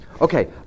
Okay